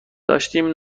داشتیم